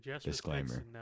disclaimer